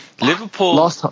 Liverpool